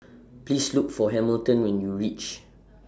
Please Look For Hamilton when YOU REACH